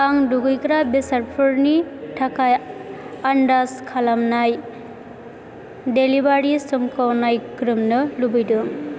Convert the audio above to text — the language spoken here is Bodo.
आं दुगैग्रा बेसादफोरनि थाखाय आन्दाज खालामनाय डेलिभारि समखौ नायग्रोमनो लुबैदों